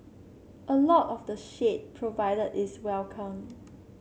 a lot of the shade provided is welcome